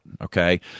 okay